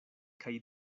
kaj